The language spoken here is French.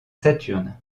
saturn